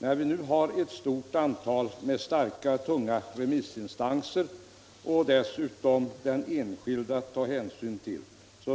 När vi nu har ett stort antal starka, tunga remissinstanser och dessutom den enskilde att ta hänsyn till